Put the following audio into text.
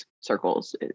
circles